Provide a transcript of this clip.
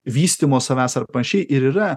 vystymo savęs ar panašiai ir yra